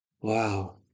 Wow